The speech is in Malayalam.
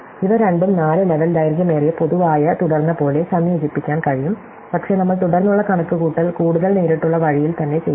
ഇവ രണ്ടും നാല് ലെവൽ ദൈർഘ്യമേറിയ പൊതുവായ തുടർന്നപോലെ സംയോജിപ്പിക്കാൻ കഴിയും പക്ഷേ നമ്മൾ തുടർന്നുള്ള കണക്കുകൂട്ടൽ കൂടുതൽ നേരിട്ടുള്ള വഴിയിൽ തന്നെ ചെയ്യും